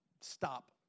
stop